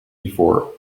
before